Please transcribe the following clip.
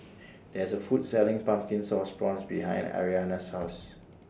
There IS A Food Selling Pumpkin Sauce Prawns behind Ariana's House